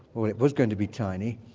well, it was going to be tiny,